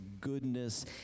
goodness